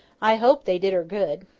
i hope they did her good.